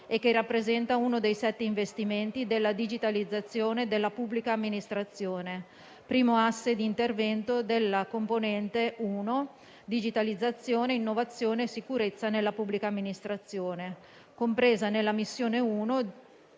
e rappresenta uno dei sette investimenti della digitalizzazione della pubblica amministrazione, primo asse di intervento della componente 1 "Digitalizzazione, innovazione e sicurezza nella pubblica amministrazione", compresa nella missione 1